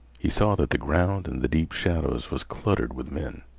he saw that the ground in the deep shadows was cluttered with men,